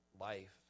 life